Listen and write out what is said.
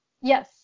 Yes